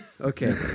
Okay